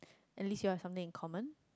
at least you have something in common